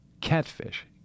catfish